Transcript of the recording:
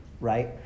right